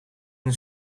een